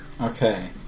okay